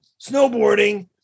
snowboarding